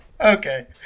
Okay